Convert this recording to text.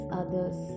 others